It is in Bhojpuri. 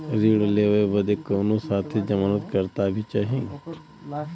ऋण लेवे बदे कउनो साथे जमानत करता भी चहिए?